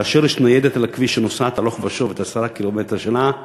כאשר יש על הכביש ניידת שנוסעת הלוך ושוב ב-10 קילומטר שלה,